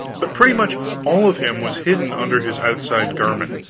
but pretty much all of him was hidden under his outside garment,